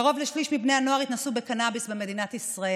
קרוב לשליש מבני הנוער התנסו בקנביס במדינת ישראל.